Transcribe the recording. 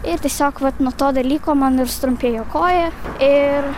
ir tiesiog vat nuo to dalyko man ir sutrumpėjo koja ir